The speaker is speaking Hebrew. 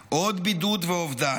עוד בידוד ואובדן,